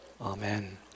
Amen